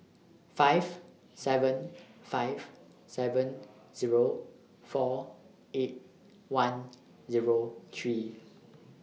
five seven five seven Zero four eight one Zero three